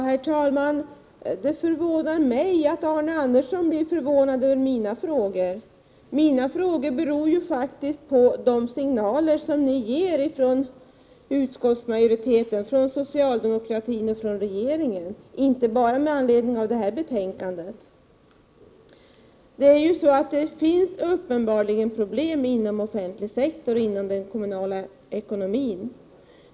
Herr talman! Det förvånar mig att Arne Andersson i Gamleby blir förvånad över mina frågor. Mina frågor beror ju faktiskt på de signaler som ni ger från utskottsmajoritetens, socialdemokratins och regeringens sida, inte bara med anledning av detta betänkande. Uppenbarligen finns det problem inom den offentliga sektorn och inom den kommunala ekonomin.